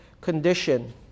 condition